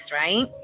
right